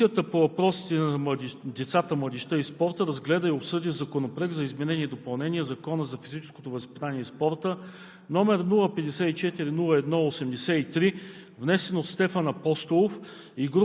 На свое редовно заседание, проведено на 9 септември 2020 г., Комисията по въпросите на децата, младежта и спорта разгледа и обсъди Законопроект за изменение и допълнение на Закона за изменение и